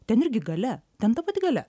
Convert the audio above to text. ten irgi galia ten ta pati galia